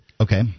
Okay